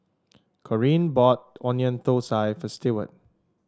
Corene bought Onion Thosai for Stewart